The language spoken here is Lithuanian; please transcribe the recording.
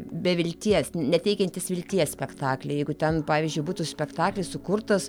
be vilties neteikiantys vilties spektakliai jeigu ten pavyzdžiui būtų spektaklis sukurtas